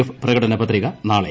F പ്രകടനപത്രിക നാളെ